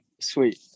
sweet